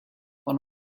one